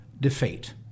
defeat